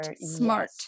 smart